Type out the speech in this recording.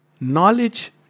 knowledge